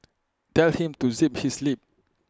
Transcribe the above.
tell him to zip his lip